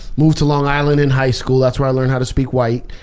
moved to long island in high school. that's where i learned how to speak white.